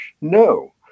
No